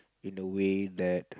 in a way that